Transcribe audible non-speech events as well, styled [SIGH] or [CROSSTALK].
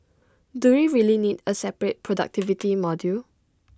do we really need A separate productivity [NOISE] module